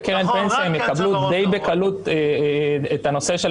בקרן פנסיה הם יקבלו די בקלות את הנושא של